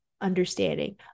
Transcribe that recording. understanding